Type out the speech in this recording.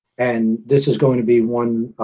and, this is going to be one